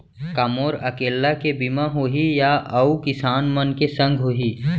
का मोर अकेल्ला के बीमा होही या अऊ किसान मन के संग होही?